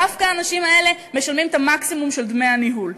דווקא האנשים האלה משלמים את המקסימום של דמי הניהול.